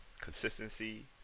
consistency